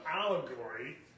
allegory